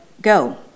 Go